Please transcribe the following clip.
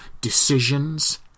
decisions